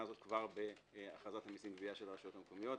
הזו כבר בהכרזת המסים והגבייה של הרשויות המקומיות.